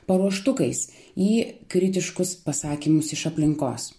paruoštukais į kritiškus pasakymus iš aplinkos